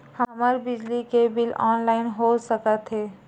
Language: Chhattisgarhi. हमर बिजली के बिल ह ऑनलाइन हो सकत हे?